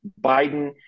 Biden